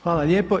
Hvala lijepo.